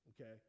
okay